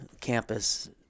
campus